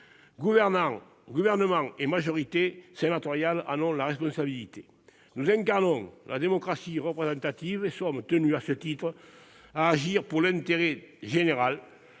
Gouvernement et majorité sénatoriale, à la responsabilité. Nous incarnons la démocratie représentative et sommes, à ce titre, tenus d'agir pour l'intérêt général,